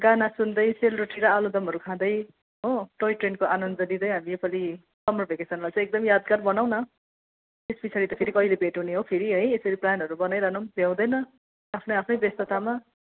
गाना सुन्दै सेलरोटी र आलुदमहरू खाँदै हो टोयट्रेनको आनन्द लिँदै हामी योपालि समर भेकेसनलाई चाहिँ एकदम यादगार बनाऔँ न त्यस पछाडि त फेरि कहिले भेट हुने हो फेरि है यसरी प्लानहरू बनाइरहनु पनि भ्याउँदैन आफ्नो आफ्नै व्यस्ततामा